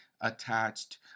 attached